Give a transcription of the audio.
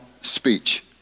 speech